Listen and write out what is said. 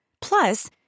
Plus